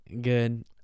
Good